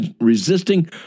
resisting